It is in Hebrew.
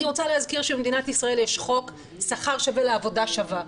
אני רוצה להזכיר שבמדינת ישראל יש חוק שכר שווה לעבודה שווה.